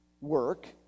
work